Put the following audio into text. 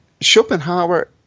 Schopenhauer